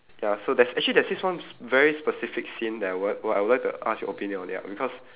ya so there's actually there's this one sp~ very specific scene that I would I would like to ask your opinion on it lah because